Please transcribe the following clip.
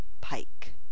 pike